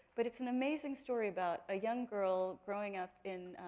but it's an amazing story about a young girl growing up in